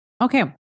okay